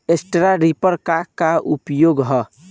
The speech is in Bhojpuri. स्ट्रा रीपर क का उपयोग ह?